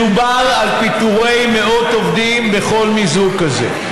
מדובר על פיטורי מאות עובדים בכל מיזוג כזה,